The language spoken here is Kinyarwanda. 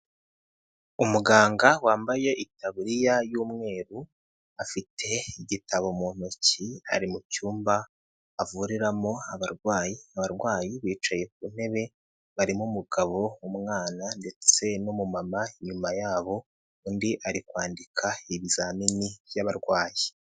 Umuganga wambaye itaburiya y'umweru afite igitabo mu ntoki ari mu cyumba avuriramo abarwayi, abarwayi bicaye ku ntebe barimo umugabo, umwana ndetse n'umumama, inyuma yabo undi ari kwandika ibizamini by'abarwayi.